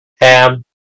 Ham